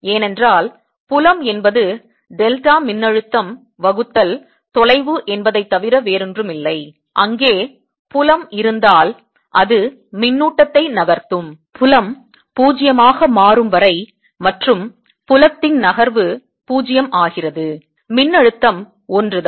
ஏனென்றால் புலம் என்பது டெல்டா மின்னழுத்தம் வகுத்தல் தொலைவு என்பதைத் தவிர வேறொன்றுமில்லை அங்கே புலம் இருந்தால் அது மின்னூட்டத்தை நகர்த்தும் புலம் 0 ஆக மாறும் வரை மற்றும் புலத்தின் நகர்வு பூஜ்யம் ஆகிறது மின்னழுத்தம் ஒன்றுதான்